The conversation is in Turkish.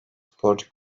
sporcu